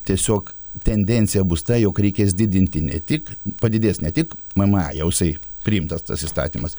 tiesiog tendencija bus ta jog reikės didinti ne tik padidės ne tik mma jau isai priimtas tas įstatymas